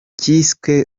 cyiswe